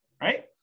right